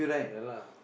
ya lah